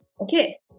Okay